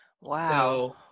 Wow